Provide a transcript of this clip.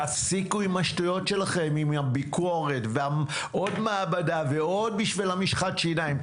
תפסיקו עם השטויות שלכם עם הביקורת ועוד מעבדה בשביל משחת השיניים.